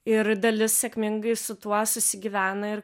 ir dalis sėkmingai su tuo susigyvena ir